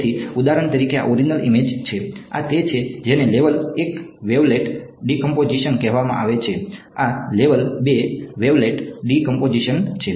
તેથી ઉદાહરણ તરીકે આ ઓરીજીનલ ઈમેજ છે આ તે છે જેને લેવલ 1 વેવલેટ ડીકમ્પોઝીશન છે